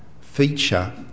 feature